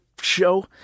show